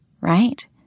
right